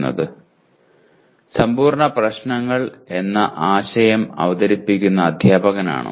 NP സമ്പൂർണ്ണ പ്രശ്നങ്ങൾ എന്ന ആശയം അവതരിപ്പിക്കുന്ന അധ്യാപകനാണോ